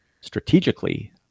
strategically